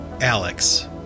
Alex